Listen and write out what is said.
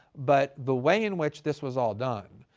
but the way in which this was all done,